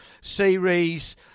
series